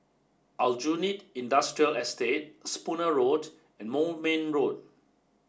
Aljunied Industrial Estate Spooner Road and Moulmein Road